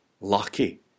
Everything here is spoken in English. lucky